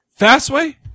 Fastway